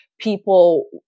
People